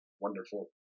wonderful